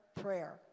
prayer